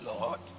Lord